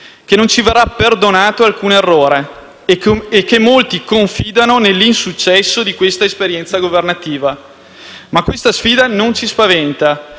che non ci verrà perdonato alcun errore e che molti confidano nell'insuccesso di questa esperienza governativa, ma questa sfida non ci spaventa,